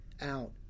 out